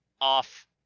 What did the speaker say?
off